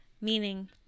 meaning